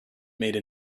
made